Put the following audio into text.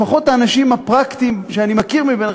לפחות האנשים הפרקטיים שאני מכיר מביניכם,